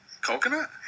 coconut